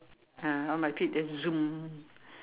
ah on my feet then zoom